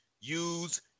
use